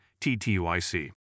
TTYC